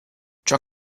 ciò